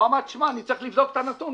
הוא אמר: תשמע, אני צריך לבדוק את הנתון.